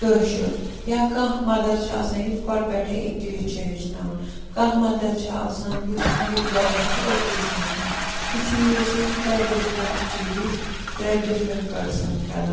کٲشُر یا کانٛہہ مَدَر چھےٚ آسان یُس گۄڈٕ پٮ۪ٹھَے اِنٛگلِش چھےٚ ہیٚچھناوان کانٛہہ مَدَر چھِ آسان یِژھ کہِ یُس گۄڈٕنٮ۪تھٕے اُردوٗ چھِ ہیٚچھناوان اِسی لیے چھِ یِم ترٛےٚ ڈِفرَنٛٹ چیٖز ترٛےٚ ڈِفرَنٛٹ پٔرسَن کَران